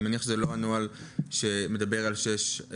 אני מניח שזה לא הנוהל שמדבר על 6 ומעלה.